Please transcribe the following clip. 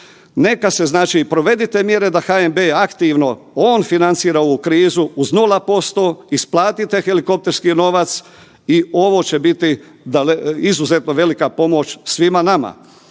Neka se, znači, provedite mjere da HNB aktivno on financira ovu krizu, uz 0%, isplatite helikopterski novac i ovo će biti daleko, izuzetno velika pomoć svima nama.